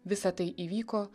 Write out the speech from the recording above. visa tai įvyko